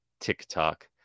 TikTok